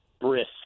brisk